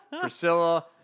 Priscilla